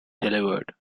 delivered